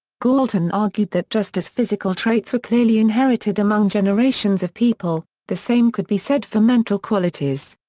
galton argued that just as physical traits were clearly inherited among generations of people, the same could be said for mental qualities.